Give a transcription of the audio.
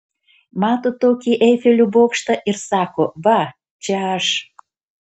mato tokį eifelio bokštą ir sako va čia aš